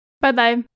Bye-bye